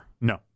no